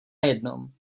jednom